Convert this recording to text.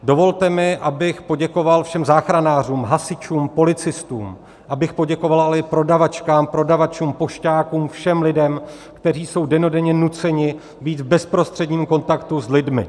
Dovolte mi, abych poděkoval všem záchranářům, hasičům, policistům, abych poděkoval ale i prodavačkám, prodavačům, pošťákům, všem lidem, kteří jsou dennodenně nuceni být v bezprostředním kontaktu s lidmi.